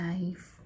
life